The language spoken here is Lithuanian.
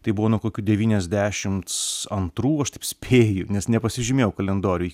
tai buvo nuo kokių devyniasdešimts antrų aš taip spėju nes nepasižymėjau kalendoriuj